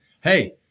hey